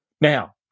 Now